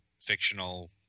fictional